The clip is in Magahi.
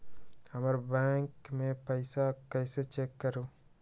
हमर बैंक में पईसा कईसे चेक करु?